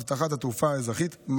אבטחת התעופה האזרחית,